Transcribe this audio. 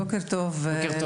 בוקר טוב לכולם.